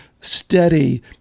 steady